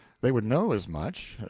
they would know as much,